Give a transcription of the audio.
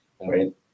right